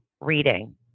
reading